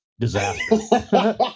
disaster